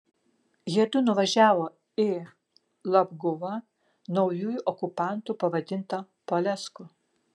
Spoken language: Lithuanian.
jiedu nuvažiavo į labguvą naujųjų okupantų pavadintą polesku